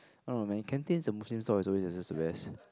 I don't know man canteens the muslim stall is always is just the best